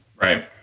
right